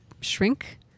shrink